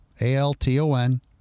A-L-T-O-N